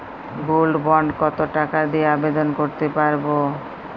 Gold bond কত টাকা দিয়ে আবেদন করতে পারবো?